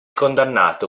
condannato